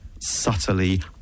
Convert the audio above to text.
subtly